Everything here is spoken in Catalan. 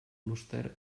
clúster